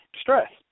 stress